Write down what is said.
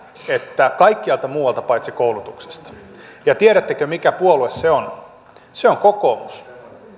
että kaikkialta muualta paitsi koulutuksesta ja tiedättekö mikä puolue se on se on kokoomus